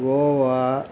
Goa